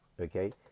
okay